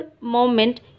moment